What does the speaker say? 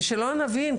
ושלא נבין,